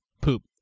Poop